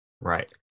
Right